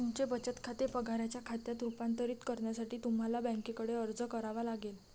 तुमचे बचत खाते पगाराच्या खात्यात रूपांतरित करण्यासाठी तुम्हाला बँकेकडे अर्ज करावा लागेल